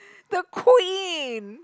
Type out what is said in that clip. the queen